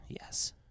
Yes